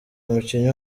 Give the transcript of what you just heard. umukinnyi